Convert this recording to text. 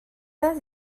does